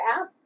app